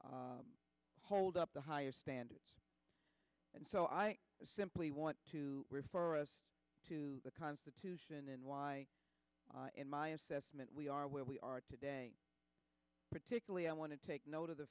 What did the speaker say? hold up to higher standards and so i simply want to refer us to the constitution and why in my assessment we are where we are today particularly i want to take note of the